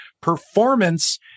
performance